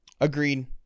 Agreed